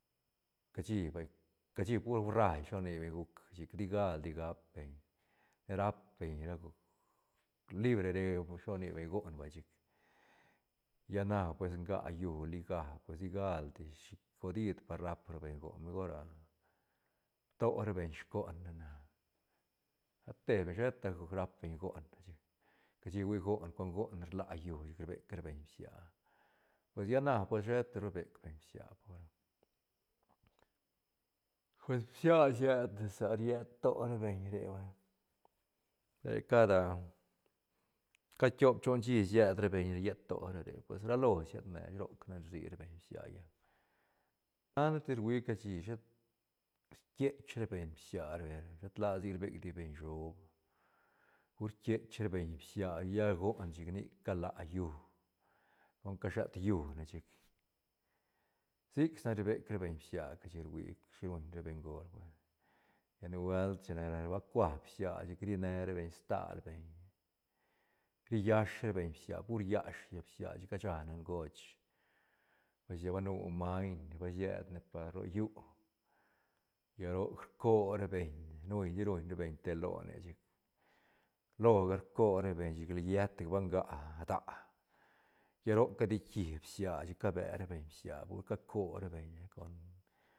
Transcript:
Cashi vay cashi pur ruail shi lo rni beñ guc chic tigaldi gap beñ ne rap beñ ra go libre re shi lo rni beñ goon vay chic llana pues nga llú liga pues digaldi shi godid par rap ra beñ goon mejor a rto ra beñ scone na ra te beñ sheta rap beñ goon ga chic cashi hui goon con goon rla llú chic rbec ra beñ bsia pues lla na pues sheta ru rbec beñ bsia por, pues bsia sietne sa riet to ra beñ re vay re cada cad tiop choon shí siet ra beñ rie to ra re pues ralo siet ne ra shi roc nac ni rsi ra beñ bsiae lla cashi shet rquiech ra beñ bsia re shet ladi sa rbec beñ shob pur rquiech ra beñ bsia lla goon chic nic rla llú don cashat llúne chic sic si nac rbec ra beñ bsia cashi ruia shilo ruñ ra bengol vay lla nubuelt chine ra- ra ba cua bsia chic ri ne ra beñ stal beñ ri llash ra beñ bsia pur llash llaä bsia chic cashane ngoch pues lla ba nu maiñ ne ba sied par ro yú lla roc rco ra beñ ne nuili ruñ ra beñ te lone chic loga rco ra beñ chic lietga ba nga daä lla roc cadiki bsia chic ca bera beñ bsia pe ru caco ra beñ ne con.